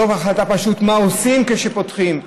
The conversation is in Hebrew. לא דבר פשוט מה עושים כשפותחים,